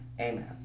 amen